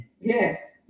Yes